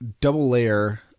double-layer